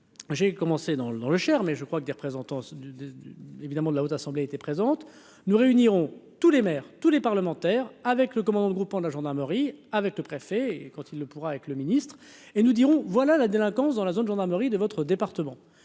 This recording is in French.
j'ai commencé dans le dans le Cher, mais je crois que des représentants de de évidemment de la haute assemblée était présente, nous réunirons tous les maires, tous les parlementaires avec le commandant de groupement de la gendarmerie avec le préfet et quand il le pourra, avec le ministre et nous dirons voilà la délinquance dans la zone gendarmerie de votre département,